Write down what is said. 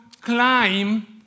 climb